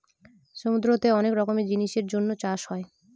সমুদ্রতে অনেক রকমের জিনিসের জন্য চাষ হয়